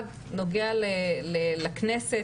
אחד נוגע לכנסת,